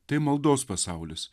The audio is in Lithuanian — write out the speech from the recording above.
tai maldos pasaulis